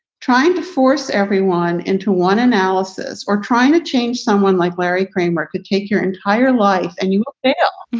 trying to force everyone into one analysis or trying to change someone like larry kramer could take your entire life. and, you know,